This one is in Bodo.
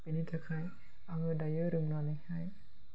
बिनि थाखाय आङो दायो रोंनानैहाय